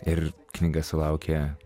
ir knyga sulaukė